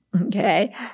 Okay